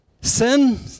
Sin